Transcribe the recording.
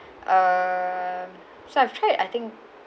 err so I've tried I think